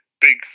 big